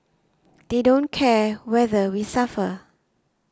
they don't care whether we suffer